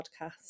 podcast